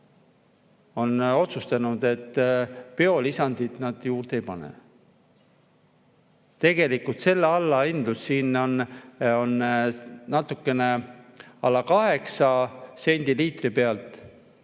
on otsustanud, et biolisandit nad juurde ei pane. Tegelikult selle allahindlus siin on natukene alla 8 sendi liitri pealt.